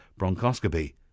bronchoscopy